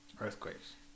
Earthquakes